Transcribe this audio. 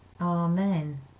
Amen